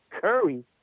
Curry